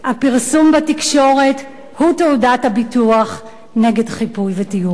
הפרסום בתקשורת הוא תעודת הביטוח נגד חיפוי וטיוח.